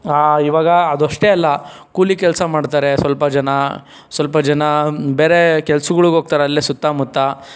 ಇವಾಗ ಅದಷ್ಟೆ ಅಲ್ಲ ಕೂಲಿ ಕೆಲಸ ಮಾಡ್ತಾರೆ ಸ್ವಲ್ಪ ಜನ ಸ್ವಲ್ಪ ಜನ ಬೇರೆ ಕೆಲಸಗಳಿಗೆ ಹೋಗ್ತಾರೆ ಅಲ್ಲೆ ಸುತ್ತ ಮುತ್ತ